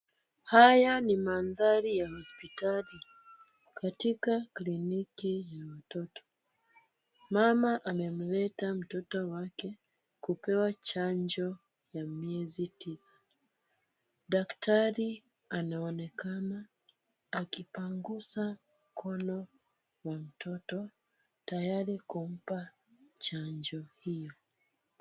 Haya ni mandhari ya hospitali katika kliniki ya watoto. Mama amemleta mtoto wake kupewa chanjo ya miezi tisa. Daktari anaonekana akipangusa mkono wa mtoto tayari kumpa chanjo hiyo.